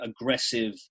aggressive